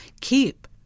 keep